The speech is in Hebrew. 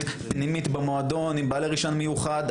פנימית במועדון עם בעלי רישיון מיוחד.